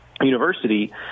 university